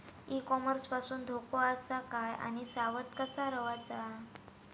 E commerce पासून धोको आसा काय आणि सावध कसा रवाचा?